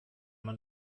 man